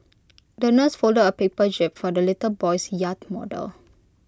the nurse folded A paper jib for the little boy's yacht model